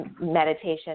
meditation